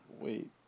Wait